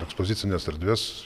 ekspozicines erdves